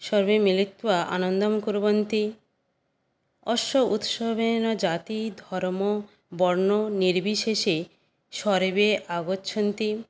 सर्वे मिलित्वा आनन्दं कुर्वन्ति अस्य उत्सवेन जातिधर्मवर्णनिर्विशेषे सर्वे आगच्छन्ति